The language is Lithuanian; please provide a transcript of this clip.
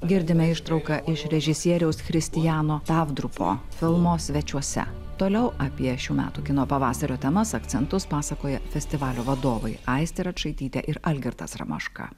girdime ištrauką iš režisieriaus christiano tavdrupo filmo svečiuose toliau apie šių metų kino pavasario temas akcentus pasakoja festivalio vadovai aistė račaitytė ir algirdas ramoška